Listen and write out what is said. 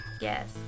Yes